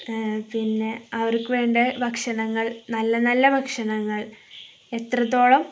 പിന്നെ അവർക്കു വേണ്ട ഭക്ഷണങ്ങൾ നല്ല നല്ല ഭക്ഷണങ്ങൾ എത്രത്തോളം